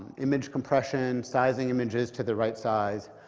image compression, sizing images to the right size,